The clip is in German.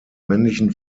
männlichen